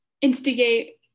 instigate